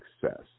success